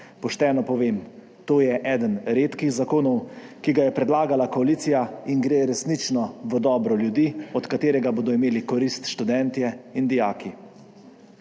Pošteno povem, to je eden redkih zakonov, ki ga je predlagala koalicija in gre resnično v dobro ljudi, od katerega bodo imeli korist študentje in dijaki.